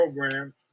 program